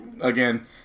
Again